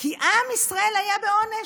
כי עם ישראל היה בעונש,